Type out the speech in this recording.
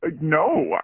No